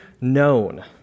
known